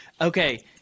Okay